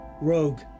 Rogue